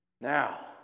Now